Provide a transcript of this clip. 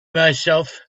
myself